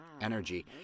energy